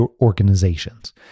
organizations